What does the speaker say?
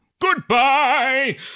Goodbye